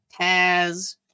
Taz